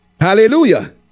Hallelujah